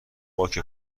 باک